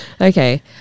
Okay